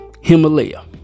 Himalaya